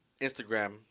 Instagram